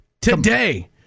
today